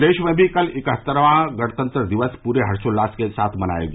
प्रदेश में भी कल इकहत्तरवां गणतंत्र दिवस प्रे हर्षोल्लास के साथ मनाया गया